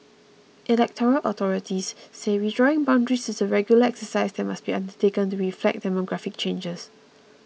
electoral authorities say redrawing boundaries is a regular exercise that must be undertaken to reflect demographic changes